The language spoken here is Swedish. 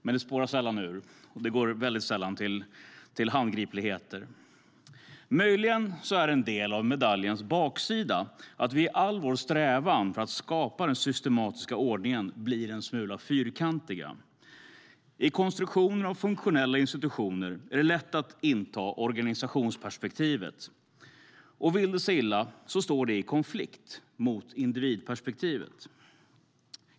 Men det spårar sällan ur, och det går väldigt sällan till handgripligheter. Möjligen är en del av medaljens baksida att vi i all vår strävan att skapa den systematiska ordningen blir en smula fyrkantiga. I konstruktionen av funktionella institutioner är det lätt att inta organisationsperspektivet. Vill det sig illa står det i konflikt med individperspektivet.